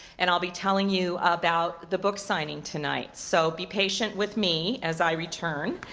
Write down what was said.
and i'll be telling you about the book signing tonight. so be patient with me as i return.